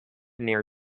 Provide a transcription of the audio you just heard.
near